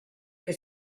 que